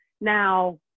Now